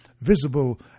visible